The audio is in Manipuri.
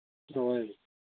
ꯍꯣꯏ